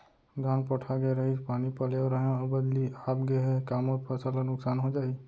धान पोठागे रहीस, पानी पलोय रहेंव, बदली आप गे हे, का मोर फसल ल नुकसान हो जाही?